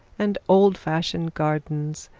and old-fashioned gardens,